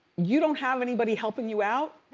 you don't have anybody helping you out?